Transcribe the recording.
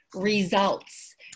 results